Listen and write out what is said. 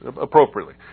appropriately